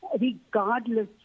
regardless